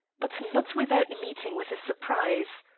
but not without meeting with a surprise.